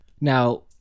Now